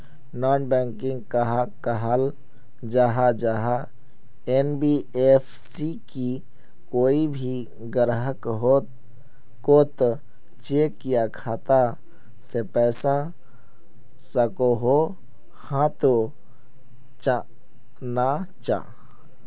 Non banking कहाक कहाल जाहा जाहा एन.बी.एफ.सी की कोई भी ग्राहक कोत चेक या खाता से पैसा सकोहो, हाँ तो चाँ ना चाँ?